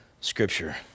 Scripture